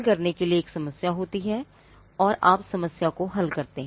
हल करने के लिए एक समस्या होती है और आप समस्या को हल करते हैं